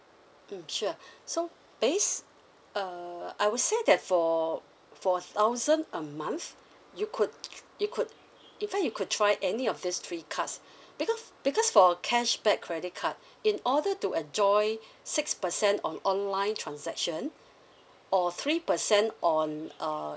mm sure so based uh I would say that for for thousand a month you could you could in fact you could try any of these three cards because because for cashback credit card in order to enjoy six percent on online transaction or three percent on uh